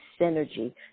synergy